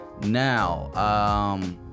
now